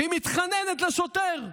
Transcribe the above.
והיא מתחננת לשוטר: